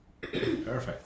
perfect